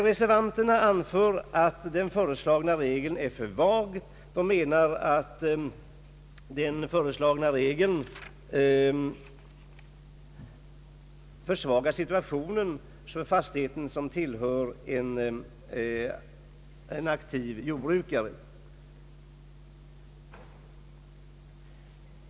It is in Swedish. Reservanterna anför att den föreslagna regeln är för vag och försvagar situationen för fastigheter som tillhör en aktiv jordbrukare.